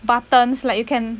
buttons like you can